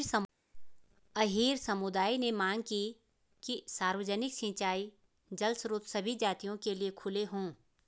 अहीर समुदाय ने मांग की कि सार्वजनिक सिंचाई जल स्रोत सभी जातियों के लिए खुले हों